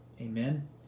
Amen